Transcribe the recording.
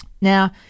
Now